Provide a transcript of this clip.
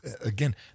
again